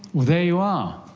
there you are,